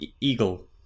eagle